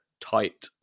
tight